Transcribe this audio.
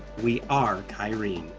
we are kyrene.